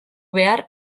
behar